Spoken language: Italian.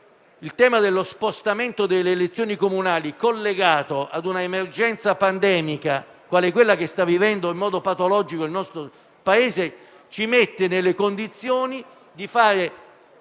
il tema dello spostamento delle elezioni comunali, collegato a un'emergenza pandemica quale quella che sta vivendo in modo patologico il nostro Paese, ci mette nelle condizioni di fare